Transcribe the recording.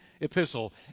epistle